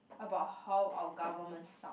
about how our government suck